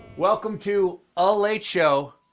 welcome to a late show.